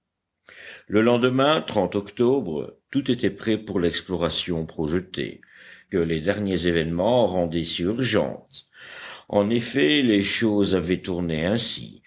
le lendemain octobre tout était prêt pour l'exploration projetée que les derniers événements rendaient si urgente en effet les choses avaient tourné ainsi